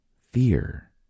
fear